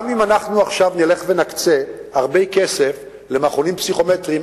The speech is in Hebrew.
גם אם אנחנו עכשיו נלך ונקצה הרבה כסף למכונים פסיכומטריים,